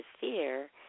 fear